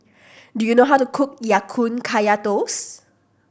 do you know how to cook Ya Kun Kaya Toast